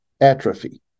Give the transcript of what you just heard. atrophy